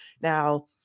Now